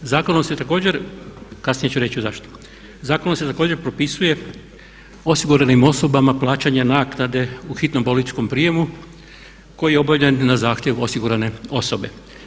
Zakonom se također, kasnije ću reći zašto, zakonom se također propisuje osiguranim osobama plaćanje naknade u hitnom bolničkom prijemu koji je obavljen na zahtjev osigurana osobe.